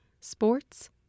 sports